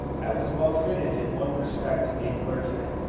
i was well fitted in one respect to be a clergyman.